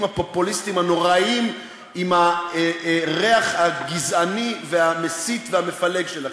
הפופוליסטיים הנוראים עם הריח הגזעני והמסית והמפלג שלכם.